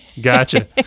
Gotcha